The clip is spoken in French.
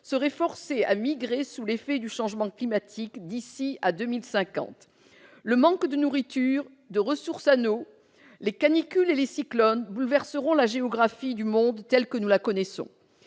seraient forcées de migrer sous l'effet du changement climatique d'ici à 2050. Le manque de nourriture, de ressources en eau, les canicules et les cyclones bouleverseront la géographie du monde tel que nous le connaissons.